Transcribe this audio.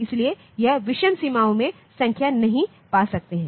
इसलिए यह विषम सीमाओं में संख्या नहीं पा सकते है